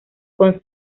con